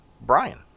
Brian